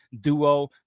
duo